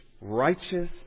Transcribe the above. Righteous